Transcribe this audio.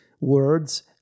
words